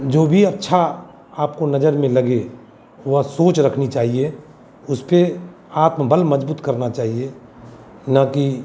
जो भी अच्छा आपको नजर में लगे वह सोच रखनी चाहिए उसपर आत्मबल मजबूत करना चाहिए न कि